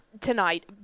Tonight